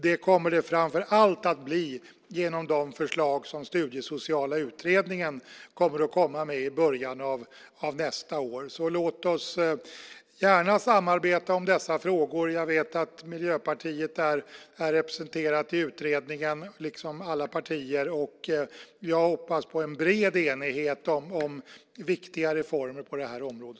Det kommer det att bli framför allt genom de förslag som den studiesociala utredningen kommer med i början av nästa år. Låt oss gärna samarbeta om dessa frågor. Jag vet att Miljöpartiet är representerat i utredningen, liksom alla andra partier. Jag hoppas på bred enighet i fråga om viktiga reformer på detta område.